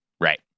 right